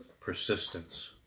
Persistence